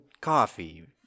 coffee